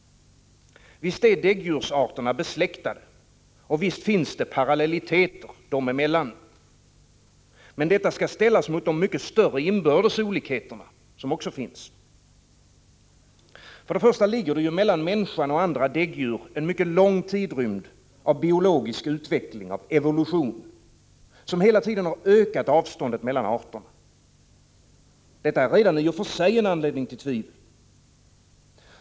Visst är däggdjursarterna besläktade, och visst finns parallelliteter dem emellan. Men detta skall ställas mot de mycket större inbördes olikheter som också finns. För det första ligger mellan människan och andra däggdjur en mycket lång tidrymd av biologisk utveckling, av evolution, som hela tiden har ökat avstånden mellan arterna. Detta är redan i och för sig en anledning till tvivel.